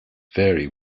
vary